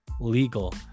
legal